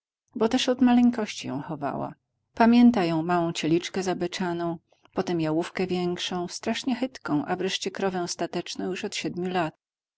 bo też od maleńkości ją chowała pamięta ją małą cieliczką zabeczaną potem jałówką większą strasznie chytką a wreszcie krową stateczną już od siedmiu lat